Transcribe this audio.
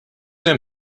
hemm